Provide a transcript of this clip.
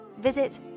Visit